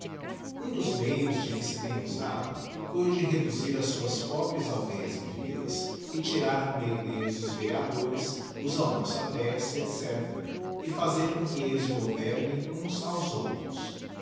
um dos meios de que se tem usado foi o de reduzir as suas pobres aldeias em villas e tirar do meio delles os vereadores os alraoçatés etc e fazer com que elles governem uns aos outros